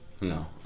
No